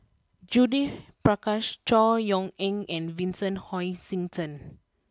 Judith Prakash Chor Yeok Eng and Vincent Hoisington